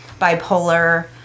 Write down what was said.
bipolar